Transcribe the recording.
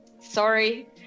sorry